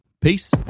Peace